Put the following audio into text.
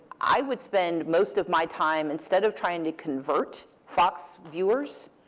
i would spend most of my time, instead of trying to convert fox viewers,